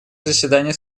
заседание